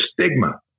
stigma